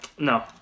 No